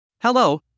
Hello